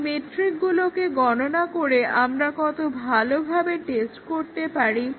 এই মেট্রিকগুলোকে গণনা করে আমরা কত ভালোভাবে টেস্ট করতে পারি